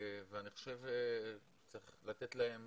ואני חושב שצריך לתת להן